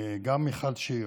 גם מיכל שיר,